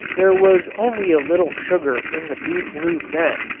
there was only a little sugar in the beet root then,